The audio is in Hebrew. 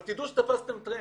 אבל תדעו שתפסתם טרמפ.